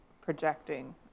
projecting